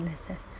a need is